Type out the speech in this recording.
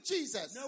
Jesus